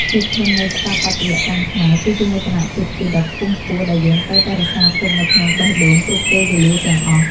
ភាពធន់នៃស្ថាបត្យកម្មខ្មែរគឺជាមោទនភាពជាតិដ៏ខ្ពង់ខ្ពស់ដែលយើងត្រូវតែរក្សារទុកនៅក្នុងបេះដូងគ្រប់ពេលវេលាទាំងអស់។